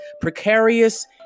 precarious